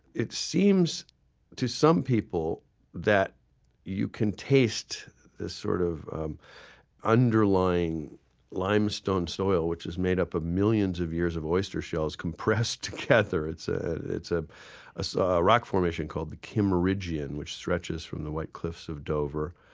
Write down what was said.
it seems to some people that you can taste this sort of um underlying limestone soil, which is made up of millions of years of oyster shells compressed together. it's ah a ah ah so ah rock formation called the kimmeridgian which stretches from the white cliffs of dover,